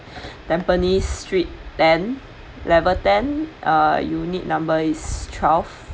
Tampines street ten level ten uh unit number is twelve